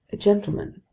gentlemen,